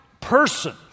person